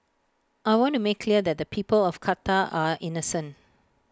I want to make clear that the people of Qatar are innocent